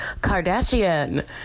Kardashian